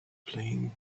playing